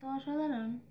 এতো অসাধারণ